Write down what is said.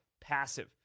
passive